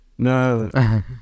No